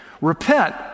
Repent